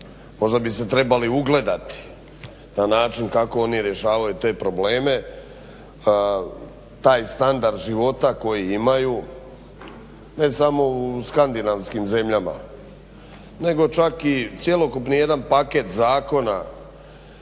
Možda bi se trebali ugledati na način kako oni rješavaju te probleme, taj standard života koji imaju ne samo u skandinavskim zemljama nego čak i cjelokupni jedan paket zakona